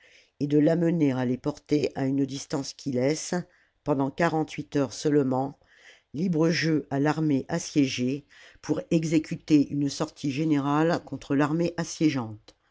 et de l'amener à les porter à une distance qui laisse pendant quarante-huit heures la commune seulement libre jeu à l'armée assiégée pour exécuter une sortie générale contre l'armée assiégeante